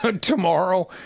tomorrow